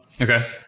okay